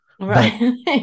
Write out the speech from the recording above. Right